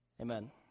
amen